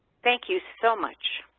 thank you so much.